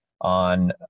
on